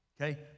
Okay